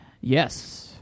Yes